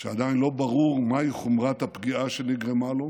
שעדיין לא ברור מהי חומרת הפגיעה שנגרמה לו,